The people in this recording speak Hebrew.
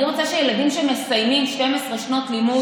אני רוצה שילדים שמסיימים 12 שנות לימוד,